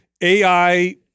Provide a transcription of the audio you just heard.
AI